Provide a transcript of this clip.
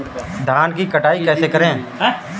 धान की कटाई कैसे करें?